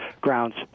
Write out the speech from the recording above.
grounds